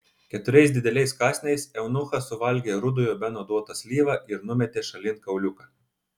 keturiais dideliais kąsniais eunuchas suvalgė rudojo beno duotą slyvą ir numetė šalin kauliuką